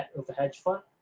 bet with a hedge fund